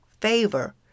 favor